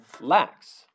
lacks